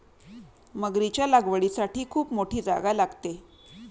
मगरीच्या लागवडीसाठी खूप मोठी जागा लागते